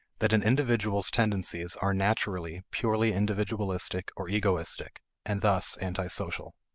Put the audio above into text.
that an individual's tendencies are naturally purely individualistic or egoistic, and thus antisocial.